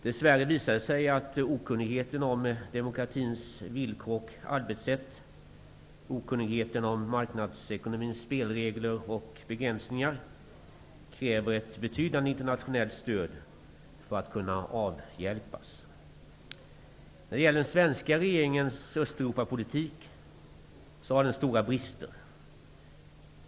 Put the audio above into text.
Dess värre visar det sig att okunnigheten om demokratins villkor och arbetssätt samt om marknadsekonomins spelregler och begränsningar kräver ett betydande internationellt stöd för att kunna avhjälpas. Den svenska regeringens Östeuropapolitik har stora brister.